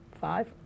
Five